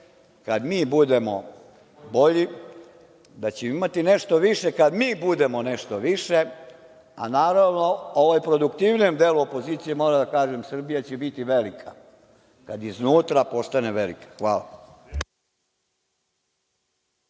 kada mi budemo bolji, da ćemo imati nešto više, kada mi budemo nešto više, a naravno, ovom produktivnijem delu opozicije moram da kažem, Srbija će biti velika, kad iznutra postane velika. Hvala.